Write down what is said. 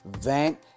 vent